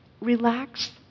relax